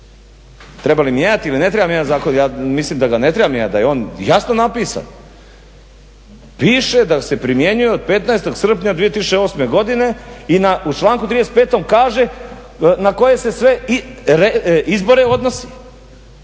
Treba li mijenjati ili ne treba mijenjati zakon ja mislim da ga ne treba mijenjati da je on jasno napisan. Piše da se primjenjuje od 15. srpnja 2008. godine i u članku 35. kaže na koje se sve izbore odnosi.